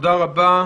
תודה רבה.